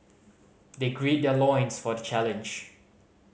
they gird their loins for the challenge